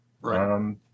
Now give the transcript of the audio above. Right